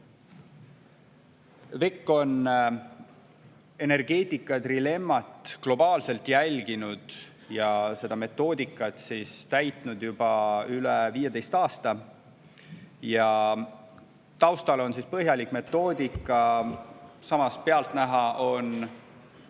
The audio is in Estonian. WEC on energeetika trilemmat globaalselt jälginud ja seda metoodikat kasutanud juba üle 15 aasta. Siin taustal on põhjalik metoodika, samas pealtnäha on